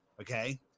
okay